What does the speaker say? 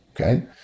Okay